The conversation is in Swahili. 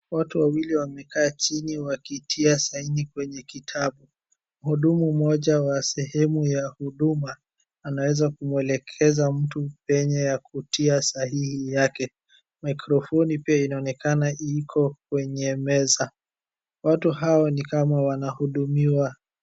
Watu wawili wamekaa chini wakitia saini kwenye kitabu. Mhudumu mmoja wa sehemu ya huduma anaweza kuelekeza mtu penye ya kutia sahihi yake. Mikrofoni pia inaonekana iko kwenye meza. Watu hao ni kama wanahudumiwa.